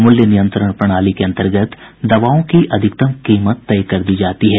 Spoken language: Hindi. मूल्य नियंत्रण प्रणाली के अन्तर्गत दवाओं की अधिकतम कीमत तय की जाती है